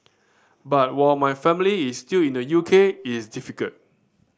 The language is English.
but while my family is still in the U K it's difficult